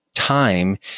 time